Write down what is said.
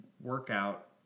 workout